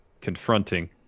confronting